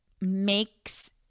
makes